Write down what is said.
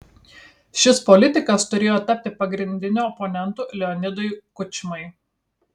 šis politikas turėjo tapti pagrindiniu oponentu leonidui kučmai